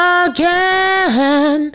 again